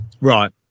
Right